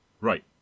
Right